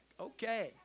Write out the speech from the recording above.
Okay